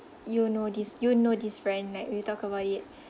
you know this you know this friend like we talk about it